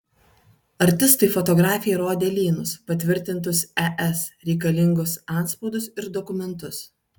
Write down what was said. artistai fotografei rodė lynus patvirtintus es reikalingus antspaudus ir dokumentus